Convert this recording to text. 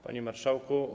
Panie Marszałku!